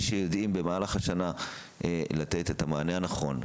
שהם יודעים במהלך השנה לתת את המענה הנכון,